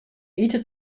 ite